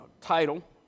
title